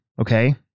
Okay